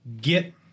get